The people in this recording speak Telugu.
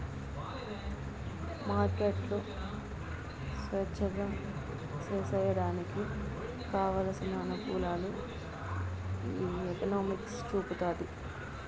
మార్కెట్లు స్వేచ్ఛగా సేసేయడానికి కావలసిన అనుకూలాలు ఈ ఎకనామిక్స్ చూపుతాది